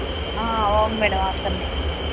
అవును మ్యాడమ్ అతను